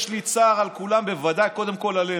יש לי צער על כולם, בוודאי קודם כול עלינו.